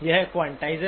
एक क्वांटाइज़र